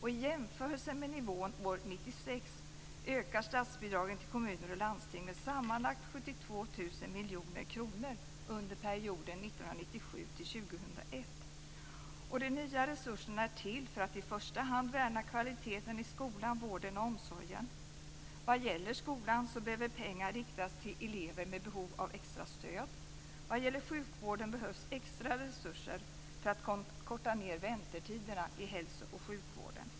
I jämförelse med nivån år De nya resurserna är till för att i första hand värna kvaliteten i skolan, vården och omsorgen. Vad gäller skolan så behöver pengar riktas till elever med behov av extra stöd. Vad gäller sjukvården behövs extra resurser för att korta ned väntetiderna i hälso och sjukvården.